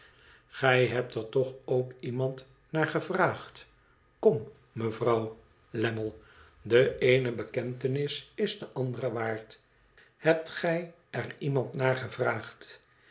gij hebt er toch ook iemand naar gevraagd kom mevrouw lammie de eene bekentenis is de andere waard hebt gij er iemand naar gevraagd